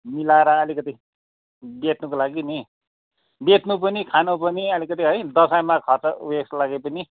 मिलाएर अलिकति बेच्नुको लागि नि बेच्नु पनि खानु पनि अलिकति दसैँमा खर्च उयसको लागि पनि